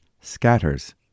scatters